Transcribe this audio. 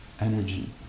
energy